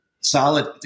Solid